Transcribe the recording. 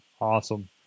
Awesome